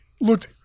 looked